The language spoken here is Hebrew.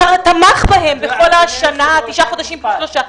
משרד הקליטה תמך בהם בכל השנה-תשעה חודשים או שלושה.